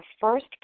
first